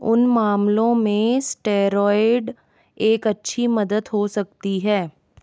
उन मामलों में स्टेरॉयड एक अच्छी मदद हो सकती है